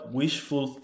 wishful